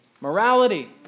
Morality